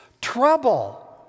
trouble